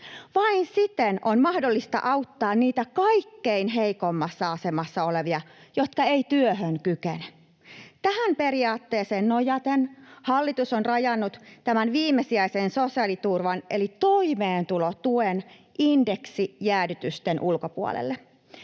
Vain siten on mahdollista auttaa niitä kaikkein heikoimmassa asemassa olevia, jotka eivät työhön kykene. Tähän periaatteeseen nojaten hallitus on rajannut tämän viimesijaisen sosiaaliturvan eli toimeentulotuen indeksijäädytysten ulkopuolelle.